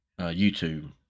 YouTube